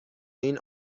این